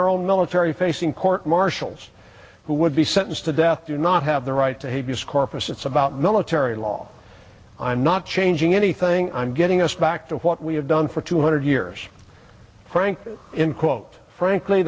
our own military facing court martials who would be sentenced to death do not have the right to habeas corpus it's about military law i'm not changing anything i'm getting us back to what we have done for two hundred years frank in quote frankly